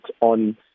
on